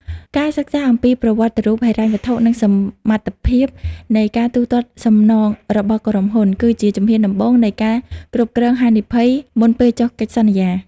ការសិក្សាអំពី ប្រវត្តិរូបហិរញ្ញវត្ថុ និងសមត្ថភាពនៃការទូទាត់សំណងរបស់ក្រុមហ៊ុន គឺជាជំហានដំបូងនៃ ការគ្រប់គ្រងហានិភ័យ មុនពេលចុះកិច្ចសន្យា។